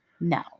No